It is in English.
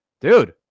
dude